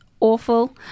awful